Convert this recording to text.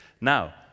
Now